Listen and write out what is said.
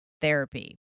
therapy